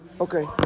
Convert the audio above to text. Okay